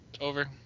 Over